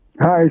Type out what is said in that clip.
Hi